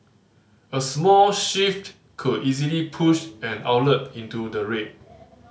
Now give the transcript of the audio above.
a small shift could easily push an outlet into the red